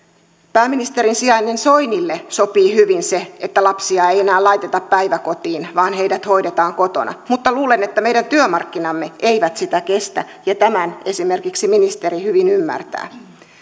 pääministerin sijaiselle soinille sopii hyvin se että lapsia ei enää laiteta päiväkotiin vaan heidät hoidetaan kotona mutta luulen että meidän työmarkkinamme eivät sitä kestä ja tämän esimerkiksi ministeri hyvin ymmärtää